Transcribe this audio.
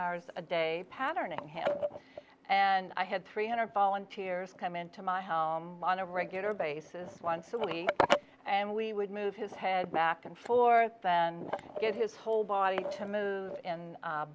hours a day patterning him and i had three hundred volunteers come into my house on a regular basis one family and we would move his head back and forth then get his whole body to move in